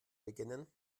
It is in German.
beginnen